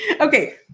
Okay